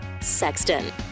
Sexton